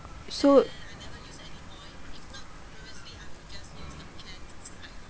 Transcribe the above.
so